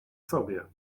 sobie